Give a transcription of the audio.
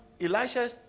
Elisha